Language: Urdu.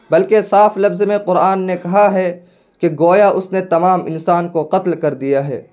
بلکہ صاف لفظ میں قرآن نے کہا ہے کہ گویا اس نے تمام انسان کو قتل کر دیا ہے